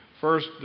first